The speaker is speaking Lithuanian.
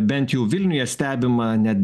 bent jau vilniuje stebima net